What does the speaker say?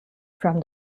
from